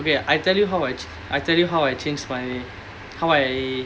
okay I tell you how I I tell you how I change my how I